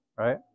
Right